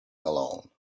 alone